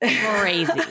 crazy